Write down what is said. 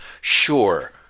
sure